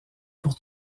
pour